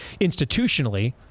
institutionally